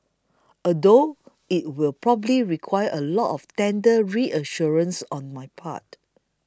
although it will probably require a lot of tender reassurances on my part